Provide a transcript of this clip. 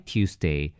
Tuesday